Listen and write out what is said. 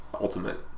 Ultimate